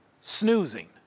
snoozing